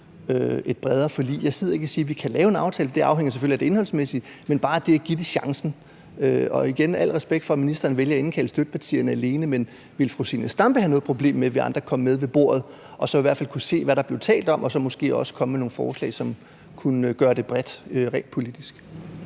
et bredere forlig? Jeg sidder ikke og siger, at vi kan lave en aftale, for det afhænger selvfølgelig af det indholdsmæssige. Men kan vi bare give det en chance? Jeg har al respekt for, at ministeren vælger at indkalde støttepartierne alene, men ville fru Zenia Stampe have et problem med, at vi andre kom med ved bordet og i hvert fald kunne høre, hvad der blev talt om, så vi måske også kunne komme med nogle forslag, der rent politisk